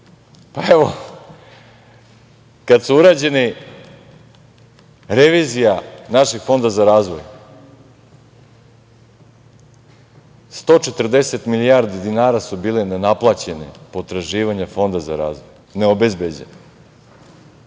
pa evo, kad je urađena revizija našeg Fonda za razvoj, 140 milijardi dinara su bile nenaplaćene potraživanja Fonda za razvoj, neobezbeđene,